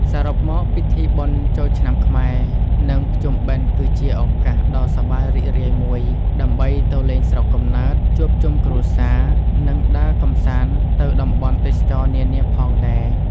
សរុបមកពិធីបុណ្យចូលឆ្នាំខ្មែរ និងភ្ជុំបិណ្ឌគឺជាឱកាសដ៏សប្បាយរីករាយមួយ ដើម្បីទៅលេងស្រុកកំណើត ជួបជុំគ្រួសារ និងដើរកំសាន្តទៅតំបន់ទេសចរណ៍នានាផងដែរ។